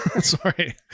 Sorry